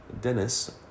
Dennis